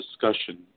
discussion